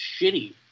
shitty